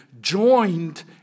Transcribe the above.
joined